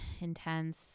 intense